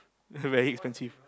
very expensive